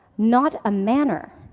not a manner.